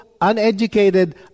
uneducated